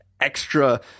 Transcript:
extra